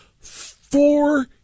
four